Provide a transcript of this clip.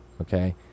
okay